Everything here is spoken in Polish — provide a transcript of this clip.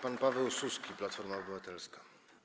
Pan poseł Paweł Suski, Platforma Obywatelska.